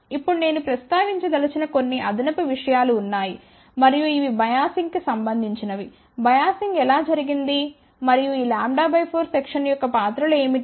ఇప్పుడు నేను ప్రస్తావించదలిచిన కొన్ని అదనపు విషయాలు ఉన్నాయి మరియు ఇవి బయాసింగ్ కి సంబంధించినవి బయాసింగ్ ఎలా జరిగింది మరియు ఈ λ 4 సెక్షన్ యొక్క పాత్రలు ఏమిటి